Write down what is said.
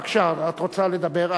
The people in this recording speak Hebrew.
בבקשה, את רוצה לדבר?